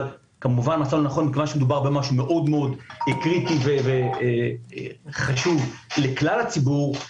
אבל כמובן כיוון שמדובר במשהו מאוד מאוד קריטי וחשוב לכלל הציבור,